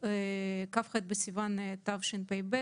כ"ח בסיון התשפ"ב,